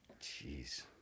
Jeez